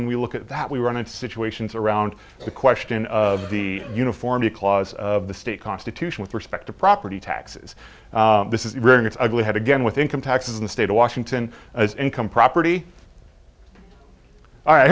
when we look at that we run into situations around the question of the uniform the clause of the state constitution with respect to property taxes this is wrong it's ugly head again with income taxes in the state of washington as income property i